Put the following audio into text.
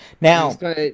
Now